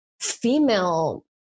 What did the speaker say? female